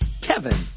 Kevin